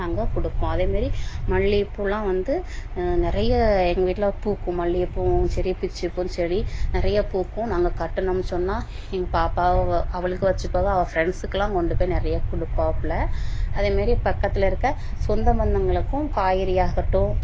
நாங்கள் கொடுப்போம் அதேமாரி மல்லிகைப்பூலாம் வந்து நிறைய எங்கள் வீட்டில் பூக்கும் மல்லிகைப்பூவும் சரி பிச்சிப்பூவும் சரி நிறைய பூக்கும் நாங்கள் கட்டினம் சொன்னால் எங்கள் பாப்பா அவளுக்கு வச்சு போவாள் அவள் ஃப்ரெண்ட்ஸ்க்கெலாம் கொண்டுபோய் நிறையா கொடுப்பாப்புல அதேமாரி பக்கத்தில் இருக்க சொந்த பந்தங்களுக்கும் காய்கறியாகட்டும்